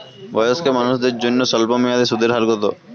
বয়স্ক মানুষদের জন্য স্বল্প মেয়াদে সুদের হার কত?